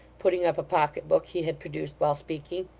putting up a pocket-book he had produced while speaking,